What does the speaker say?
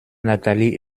nathalie